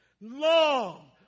long